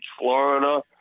Florida